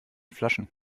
flaschen